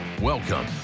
Welcome